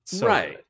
Right